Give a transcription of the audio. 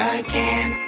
again